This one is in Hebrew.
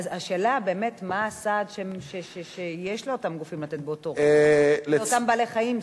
השאלה היא באמת מה הסעד שיש לאותם גופים לתת באותו רגע לאותם בעלי-חיים.